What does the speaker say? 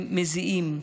הם מזיעים.